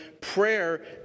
prayer